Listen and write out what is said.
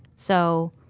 so,